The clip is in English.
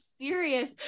serious